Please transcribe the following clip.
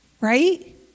Right